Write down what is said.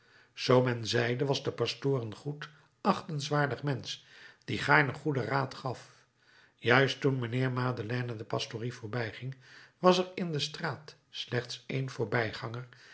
men zeide was de pastoor een goed achtenswaardig mensch die gaarne goeden raad gaf juist toen mijnheer madeleine de pastorie voorbijging was er in de straat slechts één voorbijganger